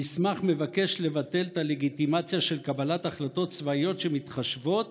המסמך מבקש לבטל את הלגיטימציה של קבלת החלטות צבאיות שמתחשבות